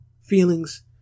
feelings